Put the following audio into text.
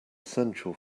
essential